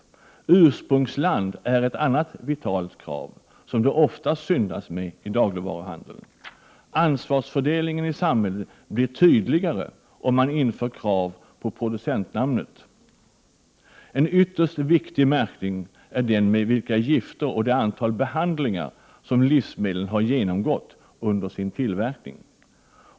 Märkning med ursprungsland är ett annat vitalt krav som det ofta syndas mot inom dagligvaruhandeln. Ansvarsfördelningen i samhället blir tydligare om man inför krav på att producentnamnet skall uppges. En ytterst viktig märkning är den om vilka gifter och det antal behandlingar som livsmedlen har genomgått under sin tillverkning.